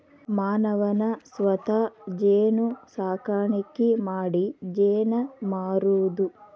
ಮಾನವನ ಸ್ವತಾ ಜೇನು ಸಾಕಾಣಿಕಿ ಮಾಡಿ ಜೇನ ಮಾರುದು